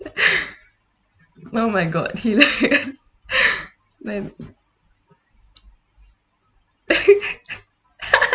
oh my god lame